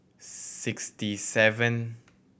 sixty seven